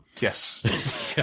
Yes